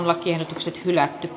lakiehdotukset hylätään